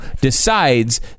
decides